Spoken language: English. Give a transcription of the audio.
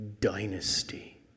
dynasty